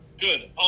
Good